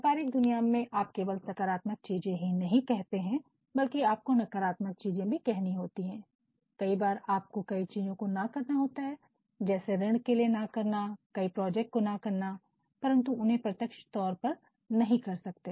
व्यपारिक दुनिया में आप केवल सकारात्मक चीजें ही नहीं कहते बल्कि आपको नकारात्मक चीजें भी कहने होती हैं कई बार आपको कई चीजों को ना करना होता है जैसे ऋण के लिए ना करना कई प्रोजेक्ट को ना करना परंतु उन्हें प्रत्यक्ष तौर पर नहीं कर सकते